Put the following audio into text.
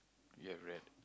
you have read